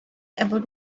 about